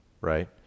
right